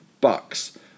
bucks